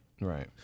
Right